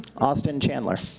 austin chandler.